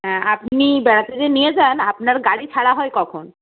হ্যাঁ আপনি বেড়াতে যে নিয়ে যান আপনার গাড়ি ছাড়া হয় কখন